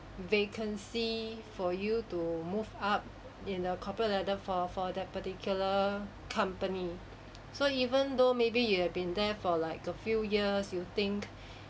vacancy for you to move up in the corporate ladder for for that particular company so even though maybe you have been there for like a few years you think